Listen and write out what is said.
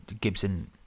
Gibson